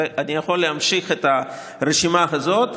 ואני יכול להמשיך את הרשימה הזו.